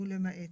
ולמעט,